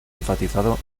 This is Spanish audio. enfatizado